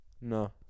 No